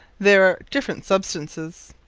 there are different substances.